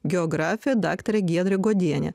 geografė daktarė giedrė godienė